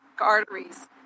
arteries